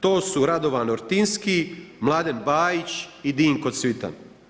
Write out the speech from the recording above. To su Radovan Ortinski, Mladen Bajić i Dinko Cvitan.